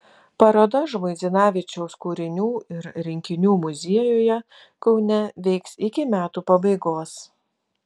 paroda žmuidzinavičiaus kūrinių ir rinkinių muziejuje kaune veiks iki metų pabaigos